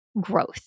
growth